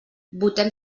votem